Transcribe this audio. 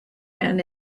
men